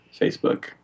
Facebook